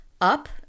up